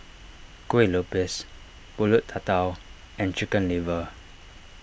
Kuih Lopes Pulut Tatal and Chicken Liver